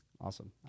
Awesome